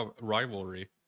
rivalry